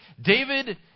David